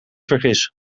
vergis